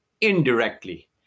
indirectly